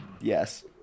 yes